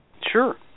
Sure